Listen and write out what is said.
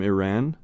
Iran